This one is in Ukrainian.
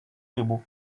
рибу